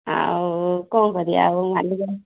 ଆଉ କ'ଣ କରିବା ଆଉ ମାଲିକର